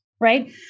Right